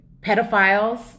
pedophiles